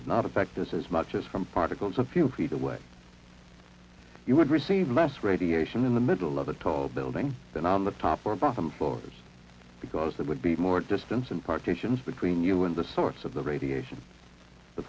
would not affect this as much as from particles a few feet away you would receive less radiation in the middle of a tall building than on the top or bottom floors because there would be more distance and partitions between you and the source of the radiation the